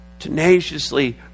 Tenaciously